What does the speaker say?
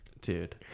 dude